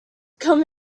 come